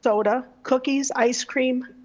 soda, cookies, ice cream,